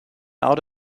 out